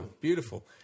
Beautiful